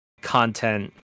content